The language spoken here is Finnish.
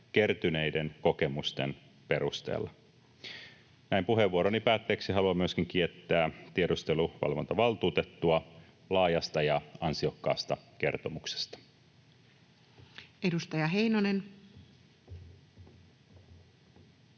kertyneiden kokemusten perusteella. Näin puheenvuoroni päätteeksi haluan myöskin kiittää tiedusteluvalvontavaltuutettua laajasta ja ansiokkaasta kertomuksesta. [Speech